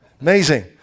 Amazing